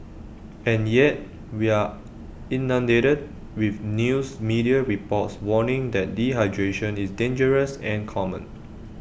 and yet we are inundated with news media reports warning that dehydration is dangerous and common